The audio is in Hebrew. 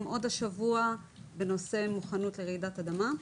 עוד השבוע בנושא מוכנות לרעידת אדמה.